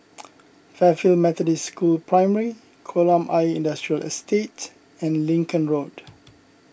Fairfield Methodist School Primary Kolam Ayer Industrial Estate and Lincoln Road